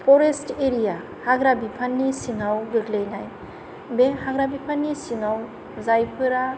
forest area हाग्रा बिफाननि सिंआव गोग्लैनाय बे हाग्रा बिफाननि सिंआव जाय फोरा